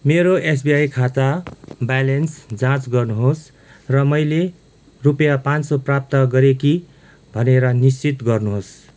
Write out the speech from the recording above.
मेरो एसबिआई खाता ब्यालेन्स जाँच गर्नुहोस् र मैले रुपियाँ पाँच सौ प्राप्त गरेँ कि भनेर निश्चित गर्नुहोस्